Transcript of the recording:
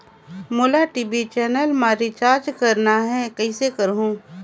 मोला TV channel मा recharge करना हे, कइसे करहुँ?